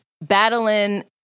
battling